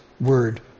word